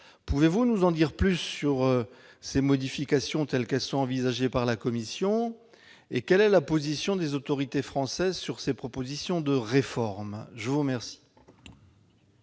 Pouvez-vous nous en dire plus sur ces modifications, telles qu'elles sont envisagées par la Commission ? Enfin, quelle est la position des autorités françaises sur ces propositions de réforme ? Monsieur le